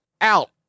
Out